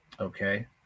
okay